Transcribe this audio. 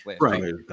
right